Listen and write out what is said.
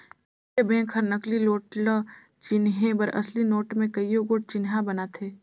केंद्रीय बेंक हर नकली नोट ल चिनहे बर असली नोट में कइयो गोट चिन्हा बनाथे